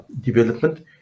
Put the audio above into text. development